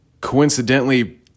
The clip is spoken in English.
coincidentally